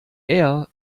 eher